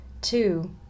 Two